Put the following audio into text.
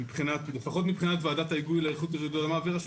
לפחות מבחינת ועדת ההיגוי להיערכות לרעידות אדמה ברשות